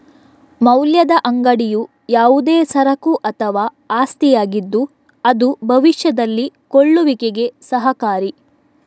ಮೌಲ್ಯದ ಅಂಗಡಿಯು ಯಾವುದೇ ಸರಕು ಅಥವಾ ಆಸ್ತಿಯಾಗಿದ್ದು ಅದು ಭವಿಷ್ಯದಲ್ಲಿ ಕೊಳ್ಳುವಿಕೆಗೆ ಸಹಕಾರಿ